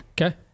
Okay